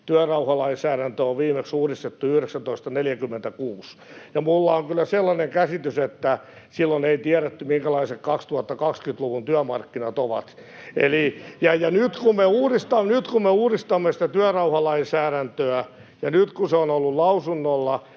työrauhalainsäädäntöä on viimeksi uudistettu 1946. Minulla on kyllä sellainen käsitys, että silloin ei tiedetty, minkälaiset 2020-luvun työmarkkinat ovat. [Naurua oikealta] Nyt, kun me uudistamme sitä työrauhalainsäädäntöä, ja nyt, kun se on ollut lausunnolla,